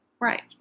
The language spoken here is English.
right